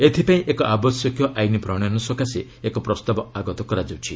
ଏଥିପାଇଁ ଏକ ଆବଶ୍ୟକୀୟ ଆଇନ୍ ପ୍ରଣୟନ ସକାଶେ ଏକ ପ୍ରସ୍ତାବ ଆଗତ କରାଯାଉଛି